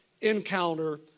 encounter